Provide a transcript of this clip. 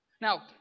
Now